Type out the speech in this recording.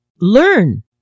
Learn